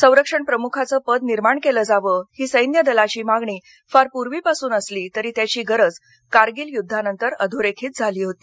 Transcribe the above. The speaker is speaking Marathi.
सरक्षण प्रमुखाचं पद निर्माण केलं जावं ही सैन्यदलाची मागणी फार पूर्वीपासून असली तरी त्याची गरज कारगील युद्धानंतर अधोरेखित झाली होती